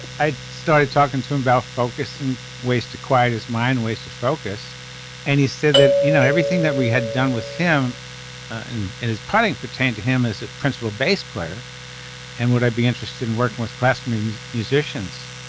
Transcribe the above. i started talking to him about focus and ways to quiet his mind ways to focus and he said that you know everything that we had done with him and and his planning pertained to him as a principal bass player and what i'd be interested in working with classmates musicians.